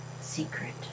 Secret